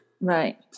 right